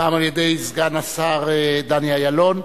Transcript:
פעם על-ידי סגן השר דני אילון,